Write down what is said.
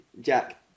Jack